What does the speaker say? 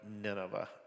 Nineveh